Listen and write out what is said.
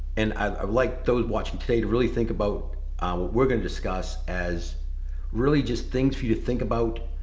and i'd like those watching today to really think about what we're gonna discuss as really just things for you to think about.